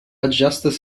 adjusted